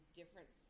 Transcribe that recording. different